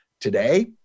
Today